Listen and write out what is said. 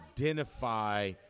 identify